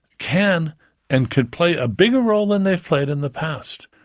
can and could play a bigger role than they've played in the past.